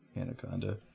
Anaconda